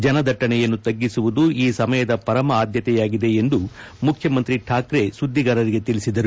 ಜನದಟ್ಟಣೆಯನ್ನು ತಗ್ಗಿಸುವುದು ಈ ಸಮಯದ ಪರಮ ಆದ್ಯತೆಯಾಗಿದೆ ಎಂದು ಮುಖ್ಯಮಂತ್ರಿ ಠಾಕ್ರೆ ಸುದ್ದಿಗಾರರಿಗೆ ತಿಳಿಸಿದ್ದಾರೆ